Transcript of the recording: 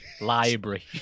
library